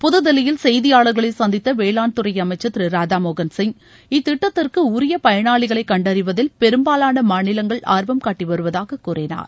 புதுதில்லியில் செய்தியாளர்களை சந்தித்த வேளாண்துறை அமைச்சர் திரு ராதாமோகன் சிங் இத்திட்டத்திற்கு உரிய பயனாளிகளை கண்டறிவதில் பெரும்பாலான மாநிலங்கள் ஆர்வம்காட்டி வருவதாக கூறினார்